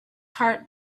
heart